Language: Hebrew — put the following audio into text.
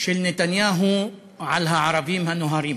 של נתניהו על הערבים הנוהרים.